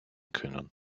können